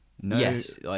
Yes